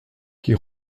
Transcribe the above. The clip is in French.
qui